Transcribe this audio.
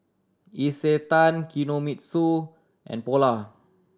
Isetan Kinohimitsu and Polar